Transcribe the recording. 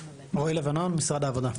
אני ממשרד העבודה.